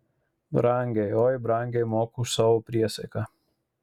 brangiai oi brangiai moku už savo priesaiką